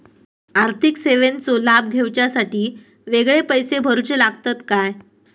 आर्थिक सेवेंचो लाभ घेवच्यासाठी वेगळे पैसे भरुचे लागतत काय?